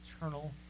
eternal